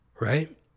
Right